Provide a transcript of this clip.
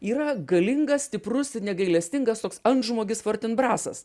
yra galingas stiprus ir negailestingas toks antžmogis fortinbrasas